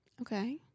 okay